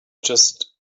just